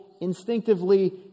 instinctively